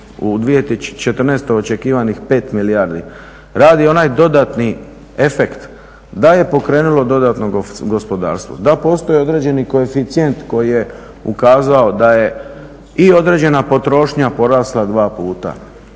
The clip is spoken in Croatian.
u 2014.očekivanih pet milijardi radi onaj efekt da je pokrenulo dodatno gospodarstvo, da postoji određeni koeficijent koji je ukazao da je i određena potrošnja porasla dva puta,